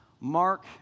Mark